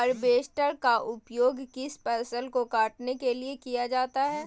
Harvester का उपयोग किस फसल को कटने में किया जाता है?